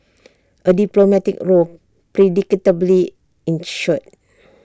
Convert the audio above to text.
A diplomatic row predictably ensued